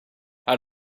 how